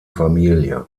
familie